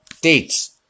dates